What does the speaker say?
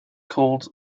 called